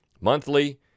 monthly